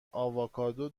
آووکادو